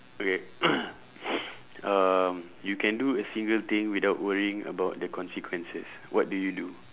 okay um you can do a single thing without worrying about the consequences what do you do